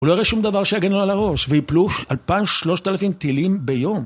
הוא לא יראה שום דבר שיגן לו על הראש, וייפלו אלפיים, שלושת אלפים טילים - ביום.